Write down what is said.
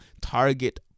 target